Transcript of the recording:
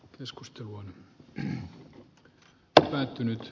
keskustelu on päättynyt